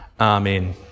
Amen